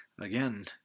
Again